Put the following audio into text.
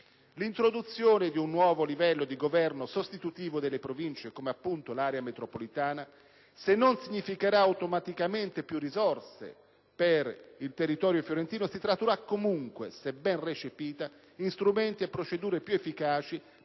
L'introduzione di un nuovo livello di governo, sostitutivo delle Province come appunto l'area metropolitana, se non significherà automaticamente più risorse per il territorio fiorentino si tradurrà comunque, se ben recepita, in strumenti e procedure più efficaci